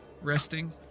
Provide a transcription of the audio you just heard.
resting